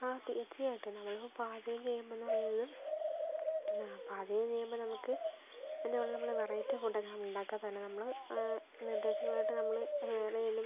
ആ തീർച്ചയായിട്ടും നമ്മള് പാചകം ചെയ്യുമ്പോൾ എന്ന് പറയുന്നത് ആ പാചകം ചെയ്യുമ്പോൾ നമുക്ക് എന്താ പറയുക നമ്മള് വെറൈറ്റി ഫുഡൊക്കെ നമ്മള് ഉണ്ടാക്കാതെ തന്നെ നമ്മള് നിർദ്ദേശങ്ങളായിട്ട് നമ്മള് വേറെ ഏതേലും